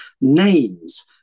names